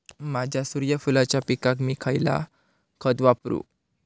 माझ्या सूर्यफुलाच्या पिकाक मी खयला खत वापरू?